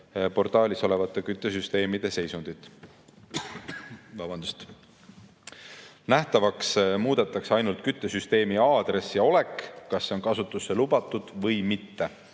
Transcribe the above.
portaalis olevate küttesüsteemide seisundit. Nähtavaks muudetakse ainult küttesüsteemi aadress ja olek, kas see on kasutusse lubatud või mitte.